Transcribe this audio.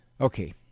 Okay